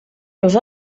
los